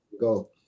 go